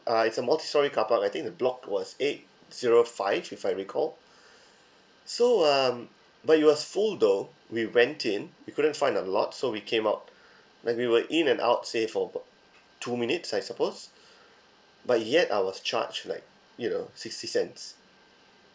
uh it's a multistorey carpark I think the block was eight zero five if I recall so um but it was full though we went in we couldn't find a lot so we came out when we were in and out say for about two minutes I suppose but yet I was charged like you know sixty cents